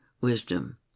wisdom